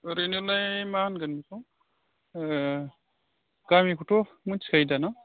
ओरैनोलाय मा होनगोन बेखौ गामिखौथ' मिथिखायो दा न